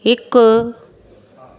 हिकु